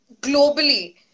globally